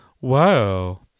wow